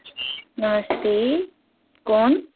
नमस्ते कु'न